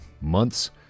months